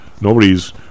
nobody's